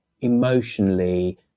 emotionally